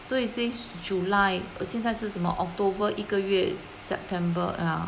所以 since july 现在是什么 october 一个月 september ya